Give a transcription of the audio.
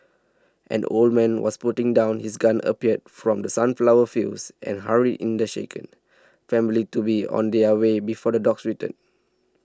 an old man was putting down his gun appeared from the sunflower fields and hurried in the shaken family to be on their way before the dogs return